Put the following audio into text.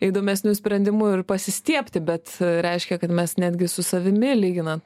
įdomesnių sprendimų ir pasistiebti bet reiškia kad mes netgi su savimi lyginant